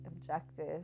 objective